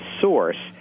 source